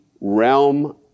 realm